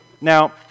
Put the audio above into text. Now